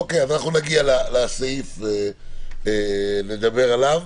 אוקיי, כשנגיע לסעיף נדבר עליו.